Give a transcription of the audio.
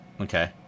Okay